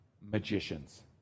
magicians